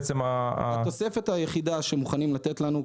התוספת היחידה שמוכנים לתת לנו,